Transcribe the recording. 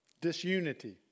Disunity